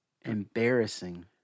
Embarrassing